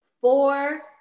four